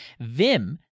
Vim